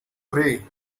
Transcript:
three